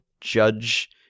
Judge